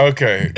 Okay